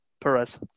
Perez